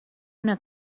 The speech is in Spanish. una